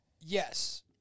Yes